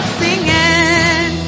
singing